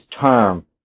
term